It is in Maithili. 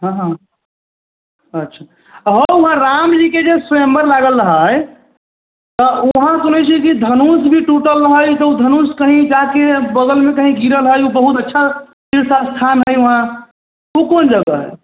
हँ हँ अच्छा हौ उहाँ रामजीके जे स्वयंवर लागल रहै तऽ उहाँ सुनै छियै कि धनुष भी टूटल रहै तऽ ओ धनुष कहीँ जा कऽ बगलमे कहीँ गिरल हइ ओ बहुत अच्छा तीर्थस्थान हइ वहाँ ओ कोन जगह हइ